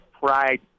pride